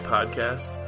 Podcast